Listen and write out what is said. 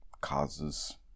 causes